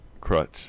crutch